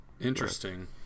Interesting